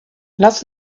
lasst